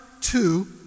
two